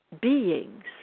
beings